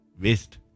waste